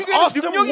awesome